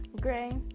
gray